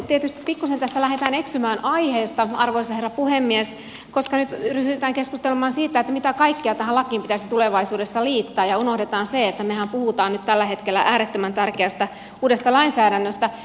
tietysti pikkuisen tässä lähdetään eksymään aiheesta arvoisa herra puhemies koska nyt ryhdytään keskustelemaan siitä mitä kaikkea tähän lakiin pitäisi tulevaisuudessa liittää ja unohdetaan se että mehän puhumme nyt tällä hetkellä äärettömän tärkeästä uudesta lainsäädännöstä